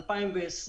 ב-2020,